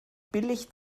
billig